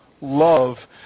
Love